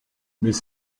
mais